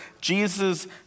Jesus